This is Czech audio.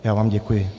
Já vám děkuji.